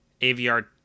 AVR